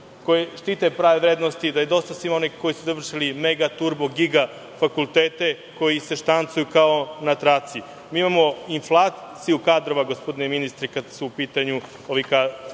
koji štite prave vrednosti, da je dosta svima onih koji su završili mega, turbo, giga fakultete, koji se štancuju kao na traci. Imamo inflaciju kadrova, gospodine ministre, kada su u pitanju kadrovi